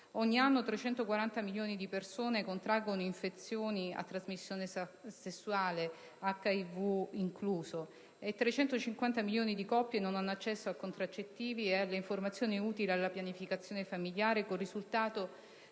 ogni anno 340 milioni di persone contraggono infezioni a trasmissione sessuale (HIV, incluso); che 350 milioni di coppie non hanno accesso a contraccettivi e alle informazioni utili alla pianificazione familiare, con il risultato